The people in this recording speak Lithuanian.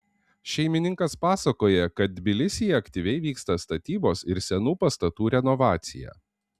šeimininkas pasakoja kad tbilisyje aktyviai vyksta statybos ir senų pastatų renovacija